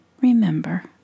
remember